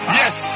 yes